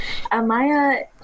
Amaya